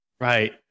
Right